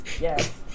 yes